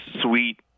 sweet